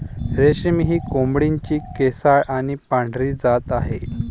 रेशमी ही कोंबडीची केसाळ आणि पांढरी जात आहे